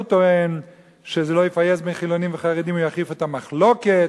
הוא טוען שזה לא יפייס בין חילונים וחרדים ויחריף את המחלוקת.